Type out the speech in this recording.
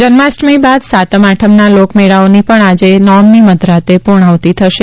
જન્માષ્ટમી બાદ સાતમ આઠમના લોક મેળાઓની પણ આજે નોમની મધરાતે પૂર્ણાહૂર્તિ થશે